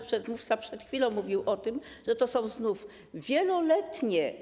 Przedmówca także przed chwilą mówił o tym, że to są znów wieloletnie.